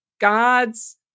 God's